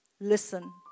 Listen